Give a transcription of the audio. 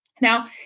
Now